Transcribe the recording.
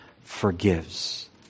forgives